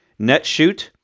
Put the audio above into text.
Netshoot